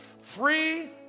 free